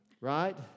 right